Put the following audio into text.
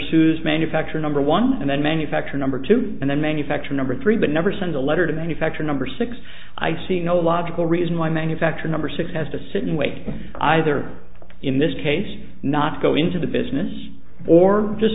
sues manufacturer number one and then manufacture number two and then manufacture number three but never send a letter to manufacture number six i see no logical reason why manufacture number six has to sit in wait either in this case not go into the business or just